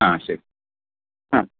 ആ ശരി ആ